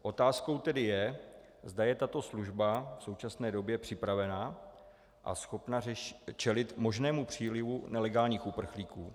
Otázkou tedy je, zda je tato služba v současné době připravena a schopna čelit možnému přílivu nelegálních uprchlíků.